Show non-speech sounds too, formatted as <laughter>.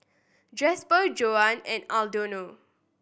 Jasper Joan and <unintelligible>